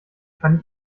kann